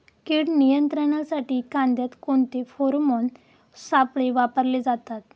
कीड नियंत्रणासाठी कांद्यात कोणते फेरोमोन सापळे वापरले जातात?